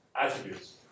attributes